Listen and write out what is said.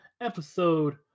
episode